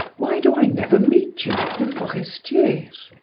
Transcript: why do i never meet you at the forestiers?